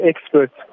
experts